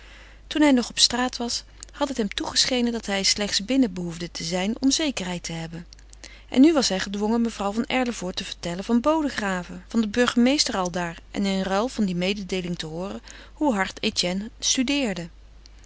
toen hij nog op straat was had het hem toegeschenen dat hij slechts binnen behoefde te zijn om zekerheid te hebben en nu was hij gedwongen mevrouw van erlevoort te vertellen van bodegraven van den burgemeester aldaar en in ruil van die mededeeling te hooren hoe hard etienne studeerde